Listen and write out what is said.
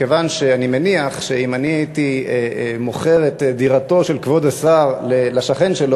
מכיוון שאני מניח שאם הייתי מוכר את דירתו של כבוד השר לשכן שלו,